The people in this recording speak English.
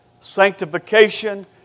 sanctification